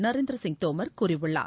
நரேந்திர சிங் தோமர் கூறியுள்ளார்